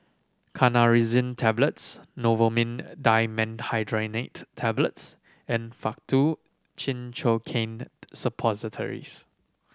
Tablets Novomin Dimenhydrinate Tablets and Faktu Cinchocaine Suppositories